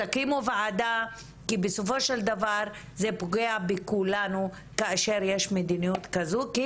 תקימו ועדה כי בסופו של דבר זה פוגע בכולנו כאשר יש מדיניות כזו כי